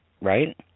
right